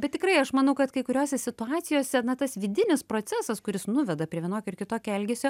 bet tikrai aš manau kad kai kuriose situacijose na tas vidinis procesas kuris nuveda prie vienokio ar kitokio elgesio